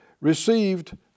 received